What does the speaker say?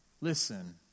Listen